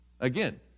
Again